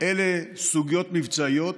אלה סוגיות מבצעיות